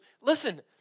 Listen